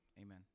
Amen